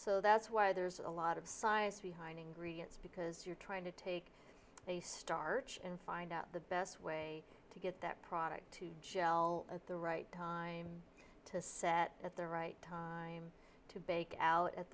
so that's why there's a lot of size behind ingredients because you're trying to take they start and find out the best way to get that product to gel at the right time to set at the right time to bake out at